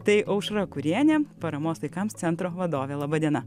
tai aušra kurienė paramos vaikams centro vadovė laba diena